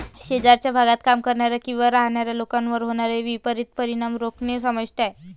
शेजारच्या भागात काम करणाऱ्या किंवा राहणाऱ्या लोकांवर होणारे विपरीत परिणाम रोखणे समाविष्ट आहे